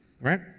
Right